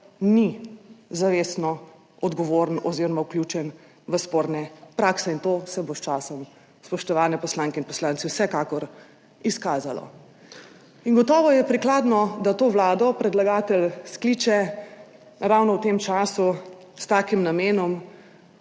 ni zavestno odgovoren oziroma vključen v sporne prakse. In to se bo s časom, spoštovane poslanke in poslanci, vsekakor izkazalo. Gotovo je prikladno, da to sejo predlagatelj skliče ravno v tem času s takim namenom,